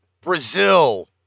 Brazil